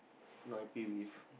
not happy with